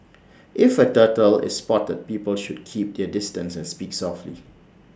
if A turtle is spotted people should keep their distance and speak softly